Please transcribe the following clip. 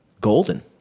Golden